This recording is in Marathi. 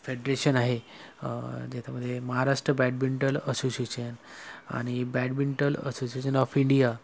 फेडरेशन आहे ज्याच्यामध्ये महाराष्ट्र बॅडमिंटल असोसिशन आणि बॅडमिंटल असोसिशन ऑफ इंडिया